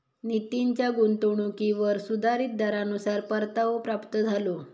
नितीनच्या गुंतवणुकीवर सुधारीत दरानुसार परतावो प्राप्त झालो